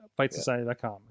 FightSociety.com